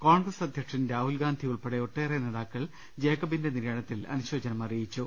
കോൺഗ്രസ് അധ്യക്ഷൻ രാഹുൽഗാന്ധിയുൾപ്പെടെ ഒട്ടേറെ നേതാക്കൾ ജേക്കബിന്റെ നിര്യാണത്തിൽ അനുശോചനം അറിയിച്ചു